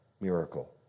miracle